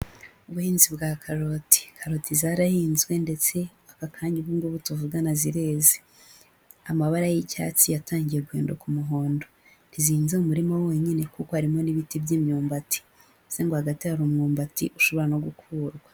Ubuhinzi bwa karoti, karoti zarahinzwe ndetse aka kanya ubu ngubu tuvugana zireze, amabara y'icyatsi yatangiye guhinduka umuhondo, ntizihinze mu murima wonyine kuko harimo n'ibiti by'imyumbati, bivuze ngo hagati hari umwumbati ushobora no gukurwa.